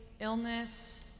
illness